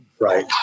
Right